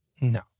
no